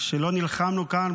שלא נלחמנו כאן,